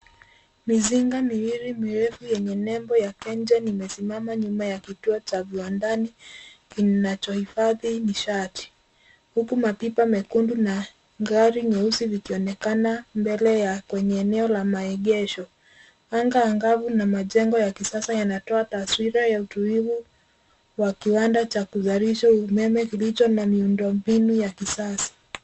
Mzinga miwili mirefu yenye nembo KenGeni, imesimama nyuma ya kituo cha viwandani kinachohifandhi mishati huku mapipa mekundu na gari nyeusi vikionekana mbele kwenye eneo la maegesho. Anga angavu na majengo ya kisasa yanatoa taswira ya utulivu wa kiwanda cha kuzalisha umeme kilicho na miundo mbinu ya kisasa.